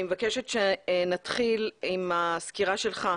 אני מבקשת שנתחיל עם הסקירה שלך,